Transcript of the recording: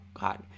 God